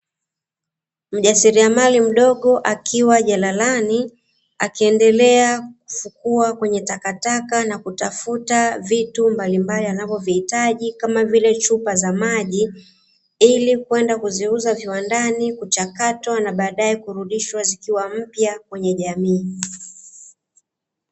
Mjasiriamali mdogo akiwa jalalani, akiendelea kufukua kwenye takataka na kutafuta vitu mbalimbali anavyovihitaji, kama vile chupa za maji ili kwenda kuziuza viwandani, kuchakatwa na baadae kurudishwa zikiwa mpya kwenye jamii.